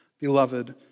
Beloved